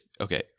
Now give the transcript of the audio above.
okay